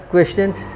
questions